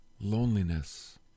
loneliness